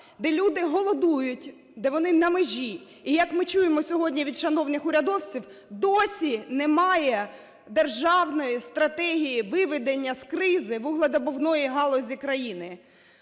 де люди голодують, де вони на межі. І, як ми чуємо сьогодні від шановних урядовців, досі немає державної стратегії виведення з кризи вуглевидобувної галузі країни.